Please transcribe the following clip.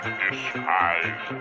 disguise